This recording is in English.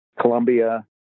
Colombia